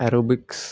aerobics